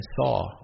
saw